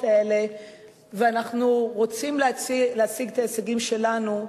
האלה ואנחנו רוצים להשיג את ההישגים שלנו,